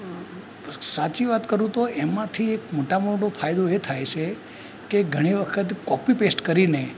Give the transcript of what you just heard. સાચી વાત કરું તો એમાંથી એક મોટામાં મોટો ફાયદો એ થાય છે કે ઘણી વખત કૉપી પેસ્ટ કરીને